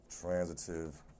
Transitive